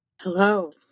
Hello